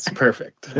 ah perfect.